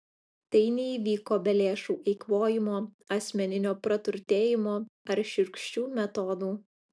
tai neįvyko be lėšų eikvojimo asmeninio praturtėjimo ar šiurkščių metodų